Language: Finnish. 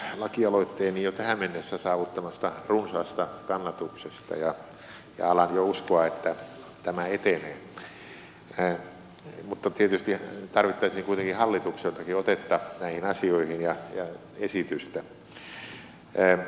kiitän lakialoitteeni jo tähän mennessä saavuttamasta runsaasta kannatuksesta ja alan jo uskoa että tämä etenee mutta tietysti tarvittaisiin kuitenkin hallitukseltakin otetta näihin asioihin ja esitystä